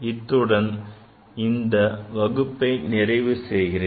இத்துடன் இந்த வகுப்பை நிறைவு செய்கிறேன்